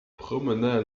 promena